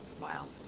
Wow